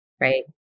Right